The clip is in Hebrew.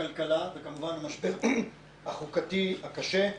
חוקתי קשה,